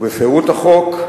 ובפירוט החוק: